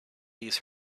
these